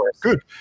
Good